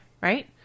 right